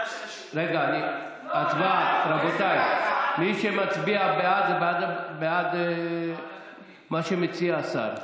רבותיי, מי שמצביע בעד, זה בעד מה שמציע השר.